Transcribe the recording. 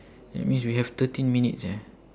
that means we have thirteen minutes eh